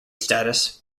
status